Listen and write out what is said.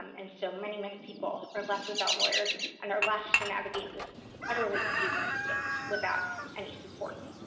um and so many, many people are left without lawyers and are left to navigate this utterly confusing system without any support.